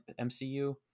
MCU